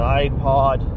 iPod